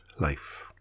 life